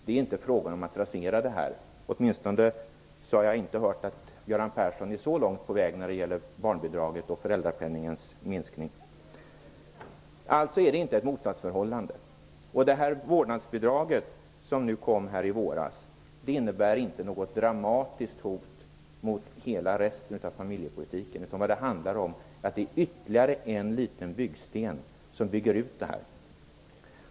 Det är inte fråga om att rasera allt detta, åtminstone har jag inte hört att Göran Persson är så långt på väg när det gäller barnbidraget och föräldrapenningens minskning. Alltså är det inte ett motsatsförhållande här. Vårdnadsbidraget, som kom i våras, innebär inte något dramatiskt hot mot hela resten av familjepolitiken. Det handlar i stället om ytterligare en liten byggsten.